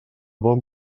bon